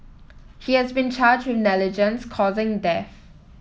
he has been charged with negligence causing death